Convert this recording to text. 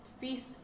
Feast